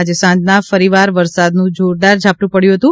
આજે સાંજના ફરીવાર વરસાદનું જોરદાર ઝાપટું પડ્યું હતું